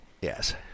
Yes